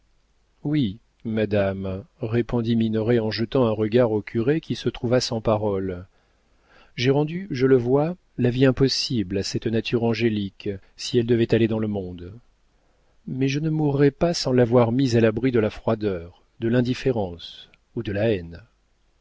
oui madame répondit minoret en jetant un regard au curé qui se trouva sans parole j'ai rendu je le vois la vie impossible à cette nature angélique si elle devait aller dans le monde mais je ne mourrai pas sans l'avoir mise à l'abri de la froideur de l'indifférence et de la haine